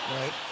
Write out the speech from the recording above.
right